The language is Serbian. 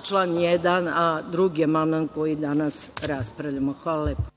član 1, a drugi amandman o kome danas raspravljamo. Hvala lepo.